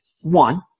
one